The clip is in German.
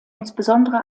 insbesondere